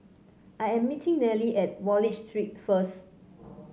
I am meeting Nellie at Wallich Street first